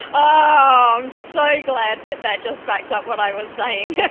oh, i'm so glad that that just backed up what i was saying